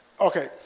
Okay